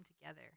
together